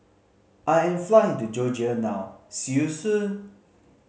I am flying to Georgia now see you soon